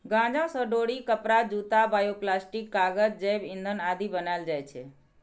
गांजा सं डोरी, कपड़ा, जूता, बायोप्लास्टिक, कागज, जैव ईंधन आदि बनाएल जाइ छै